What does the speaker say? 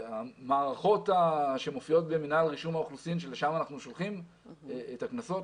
המערכות שמופיעות במינהל רישום האוכלוסין לשם אנחנו שולחים את הקנסות,